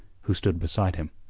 who stood beside him.